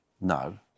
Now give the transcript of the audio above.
no